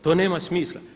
To nema smisla.